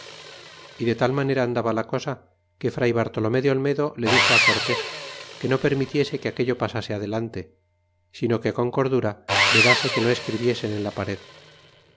y de tal manera andaba la cosa que fray bartolome de olmedo le dixó cortés que no permitiese que aquello pasase adelante sino que con cordura vedase que no escribiesen en la pared